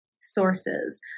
sources